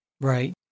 Right